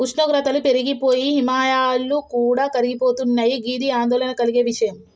ఉష్ణోగ్రతలు పెరిగి పోయి హిమాయాలు కూడా కరిగిపోతున్నయి గిది ఆందోళన కలిగే విషయం